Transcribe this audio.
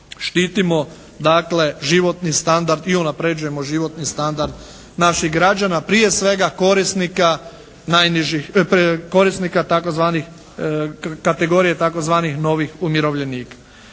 štitimo dakle životni standard i unapređujemo životni standard naših građana, prije svega korisnika tzv., kategorije tzv. novih umirovljenika.